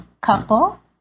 couple